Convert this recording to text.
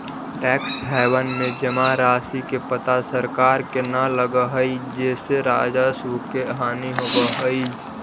tax haven में जमा राशि के पता सरकार के न लगऽ हई जेसे राजस्व के हानि होवऽ हई